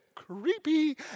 creepy